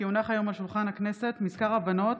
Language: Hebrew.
כי הונח היום על שולחן הכנסת מזכר הבנות